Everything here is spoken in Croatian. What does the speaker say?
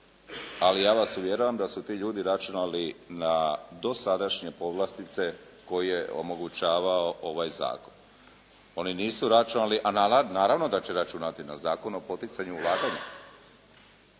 ali ja vas uvjeravam da su ti ljudi računali na dosadašnje povlastice koje je omogućavao ovaj zakon. Oni nisu računali, a naravno da će računati na Zakon o poticanju ulaganja,